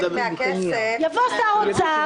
יבוא שר אוצר,